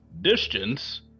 distance